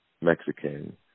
Mexican